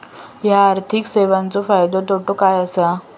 हया आर्थिक सेवेंचो फायदो तोटो काय आसा?